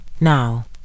Now